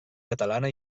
catalana